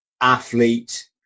athlete